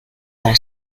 para